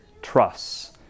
trusts